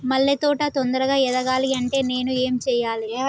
మల్లె తోట తొందరగా ఎదగాలి అంటే నేను ఏం చేయాలి?